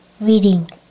Reading